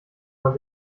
man